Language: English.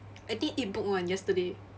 I think eat book [one] yesterday